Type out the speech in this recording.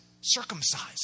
circumcised